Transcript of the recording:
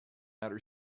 outer